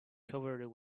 covered